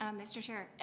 um mr. chair,